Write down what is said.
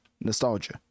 nostalgia